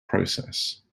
process